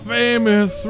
famous